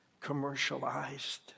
commercialized